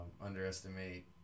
Underestimate